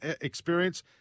experience